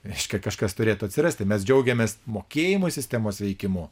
reiškia kažkas turėtų atsirasti mes džiaugiamės mokėjimų sistemos veikimu